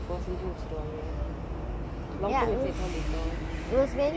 இப்போ செய்ய முடியு முடியுற விசயம் இப்ப செஞ்சி முடிசிருவாங்க:ippo seyya mudiyu mudiyura visayam ippa senji mudichiruvaanga